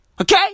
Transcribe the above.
Okay